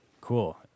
Cool